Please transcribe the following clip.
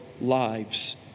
lives